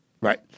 Right